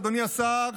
אדוני השר,